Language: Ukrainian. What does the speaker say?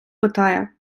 питає